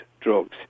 drugs